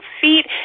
feet